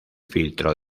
filtro